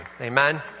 Amen